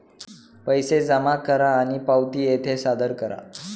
पैसे जमा करा आणि पावती येथे सादर करा